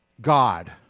God